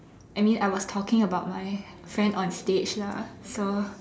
I mean I was talking about my friend on stage lah so